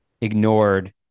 ignored